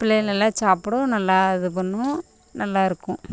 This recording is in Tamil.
பிள்ளைகள் நல்லா சாப்பிடும் நல்லா இது பண்ணும் நல்லா இருக்கும்